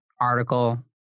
article